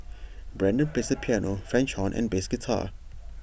Brendan plays the piano French horn and bass guitar